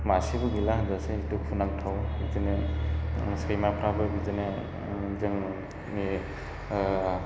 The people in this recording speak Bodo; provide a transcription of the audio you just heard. मासेबो गैला होनजानोसै दुखु नांथाव बिदिनो सैमाफ्राबो बिदिनो सैमाफ्राबो बिदिनो जोंनि